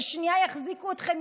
ששנייה יחזיקו אתכם,